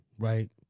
Right